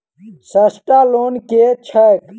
सस्ता लोन केँ छैक